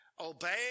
obey